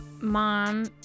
mom